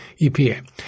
EPA